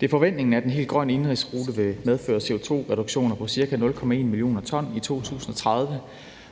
Det er forventningen, at en helt grøn indenrigsrute vil medføre CO2-reduktioner på ca. 0,1 mio. t i 2030,